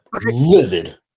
livid